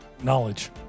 knowledge